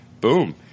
boom